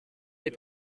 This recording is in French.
les